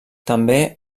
també